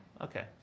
okay